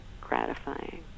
gratifying